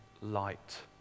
light